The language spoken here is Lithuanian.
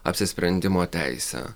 apsisprendimo teisę